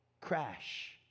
crash